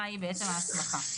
מהי בעצם ההסמכה.